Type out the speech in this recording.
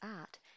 art